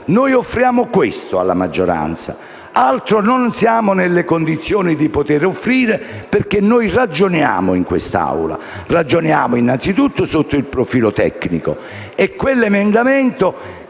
Noi offriamo questo alla maggioranza. Non siamo nelle condizioni di poter offrire altro, perché in quest'Aula ragioniamo innanzitutto sotto il profilo tecnico e quell'emendamento